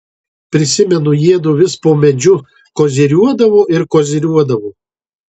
prisimenu jiedu vis po medžiu koziriuodavo ir koziriuodavo